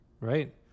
right